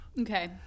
Okay